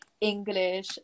english